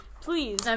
Please